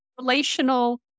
relational